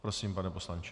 Prosím, pane poslanče.